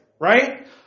Right